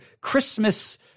Christmas